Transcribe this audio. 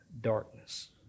darkness